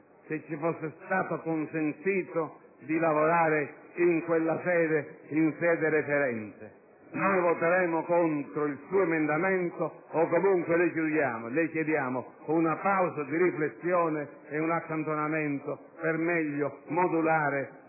se ci fosse stato consentito di lavorare in sede referente. Voteremo contro il suo emendamento o comunque le chiediamo una pausa di riflessione, un accantonamento per meglio modulare